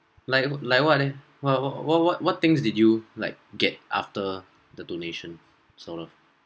like like what leh what what what what what things did you like get after the donation sort of